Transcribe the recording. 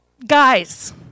Guys